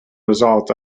result